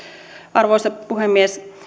arvoisa puhemies